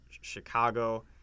Chicago